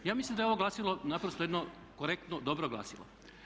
Ja mislim da je ovo glasilo naprosto jedno korektno dobro glasilo.